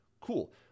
Cool